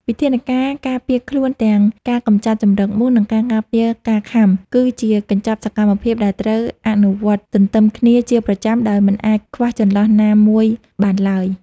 វិធានការការពារខ្លួនទាំងការកម្ចាត់ជម្រកមូស និងការការពារការខាំ គឺជាកញ្ចប់សកម្មភាពដែលត្រូវអនុវត្តទន្ទឹមគ្នាជាប្រចាំដោយមិនអាចខ្វះចន្លោះណាមួយបានឡើយ។